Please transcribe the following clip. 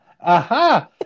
Aha